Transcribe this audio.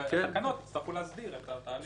התקנות יצטרכו להסדיר את התהליך.